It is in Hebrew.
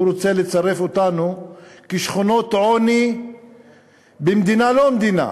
הוא רוצה לצרף אותנו כשכונות עוני במדינה לא מדינה.